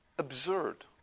Absurd